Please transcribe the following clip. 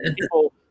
people